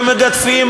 במגדפים,